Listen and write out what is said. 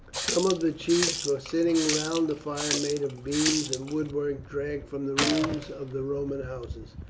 some of the chiefs were sitting round a fire made of beams and woodwork dragged from the ruins of the roman houses.